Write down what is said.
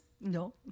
no